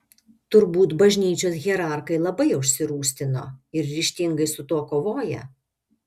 turbūt bažnyčios hierarchai labai užsirūstino ir ryžtingai su tuo kovoja